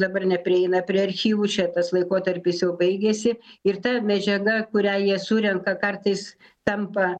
dabar neprieina prie archyvų čia tas laikotarpis jau baigėsi ir ta medžiaga kurią jie surenka kartais tampa